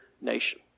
nation